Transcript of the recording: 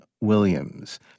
Williams